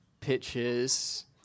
Pitches